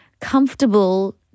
comfortable